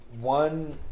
one